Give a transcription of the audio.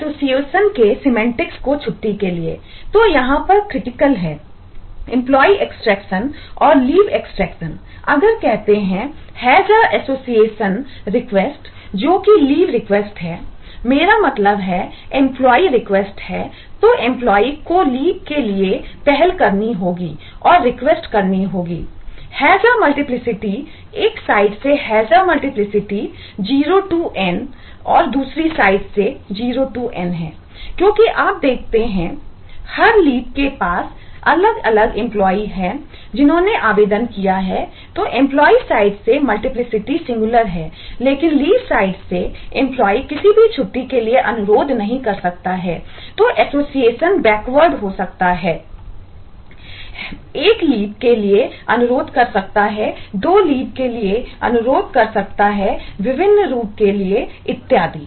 HAS A multiplicity के लिए विभिन्न रूप के लिए के लिए इत्यादि